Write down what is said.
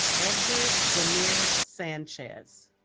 edgar zahmir sanchez